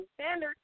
Standard